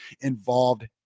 involved